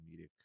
comedic